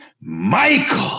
Michael